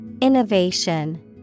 Innovation